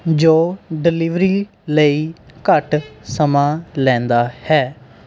ਜੋ ਡਿਲੀਵਰੀ ਲਈ ਘੱਟ ਸਮਾਂ ਲੈਂਦਾ ਹੈ